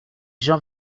jean